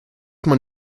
man